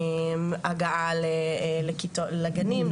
הגעה לגנים,